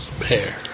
Pair